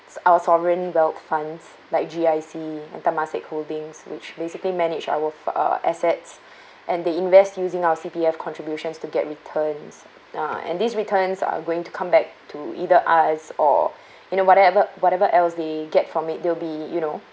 our sovereign wealth funds like G_I_C and temasek holdings which basically manage our fu~ uh assets and they invest using our C_P_F contributions to get returns ah and these returns are going to come back to either us or you know whatever whatever else they get from it they will be you know